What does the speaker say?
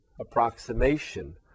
approximation